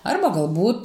arba galbūt